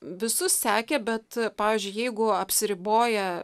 visus sekė bet pavyzdžiui jeigu apsiriboja